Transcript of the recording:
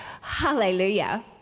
hallelujah